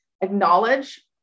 acknowledge